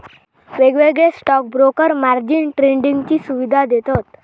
वेगवेगळे stock broker margin ट्रेडिंगची सुवीधा देतत